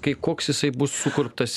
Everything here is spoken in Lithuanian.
kai koks jisai bus sukurptas